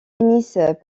finissent